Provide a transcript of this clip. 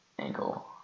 Ankle